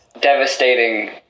Devastating